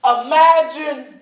Imagine